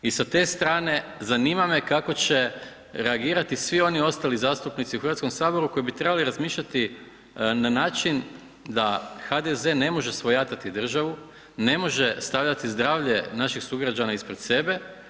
I sa te strane, zanima me kako će reagirati svi oni ostali zastupnici u HS-u koji bi trebali razmišljati na način da HDZ ne može svojatati državu, ne može stavljati zdravlje naših sugrađana ispred sebe.